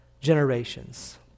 generations